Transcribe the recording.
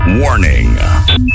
warning